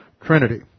Trinity